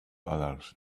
others